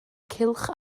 cylch